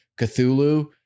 Cthulhu